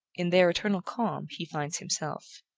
in their eternal calm, he finds himself.